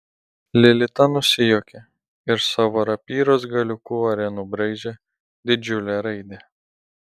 lilita nusijuokė ir savo rapyros galiuku ore nubraižė didžiulę raidę